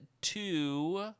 two